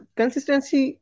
consistency